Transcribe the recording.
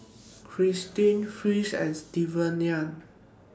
Kristen Fritz and Stevan